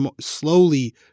slowly